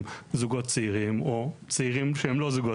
זוגות צעירים או צעירים שהם לא זוגות,